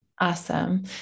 Awesome